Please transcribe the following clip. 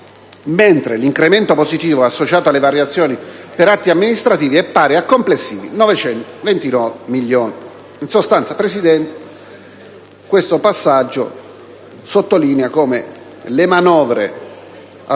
mentre l'incremento positivo associato alle variazioni per atti amministrativi è pari a complessivi 929 milioni. In sostanza, signor Presidente, questo passaggio sottolinea come le manovre messe